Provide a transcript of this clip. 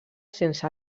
sense